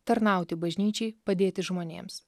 tarnauti bažnyčiai padėti žmonėms